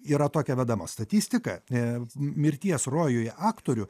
yra tokia vedama statistika e m mirties rojuje aktorių